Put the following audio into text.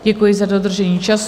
Děkuji za dodržení času.